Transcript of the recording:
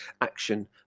action